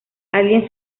alguien